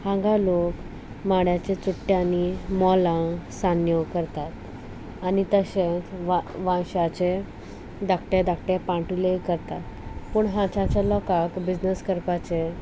हांगा लोक माड्याच्या चुट्ट्यांनी मोलां सान्न्यो करतात आनी तशेंच वा वाशाचे धाकटे धाकटे पांटुले करतात पूण हाच्याच्या लोकांक बिजनस करपाचे